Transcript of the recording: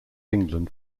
england